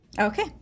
Okay